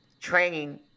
training